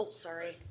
sorry,